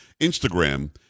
Instagram